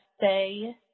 say